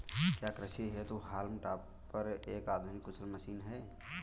क्या कृषि हेतु हॉल्म टॉपर एक आधुनिक कुशल मशीन है?